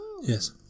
Yes